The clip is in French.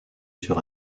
sur